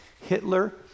Hitler